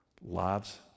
Lives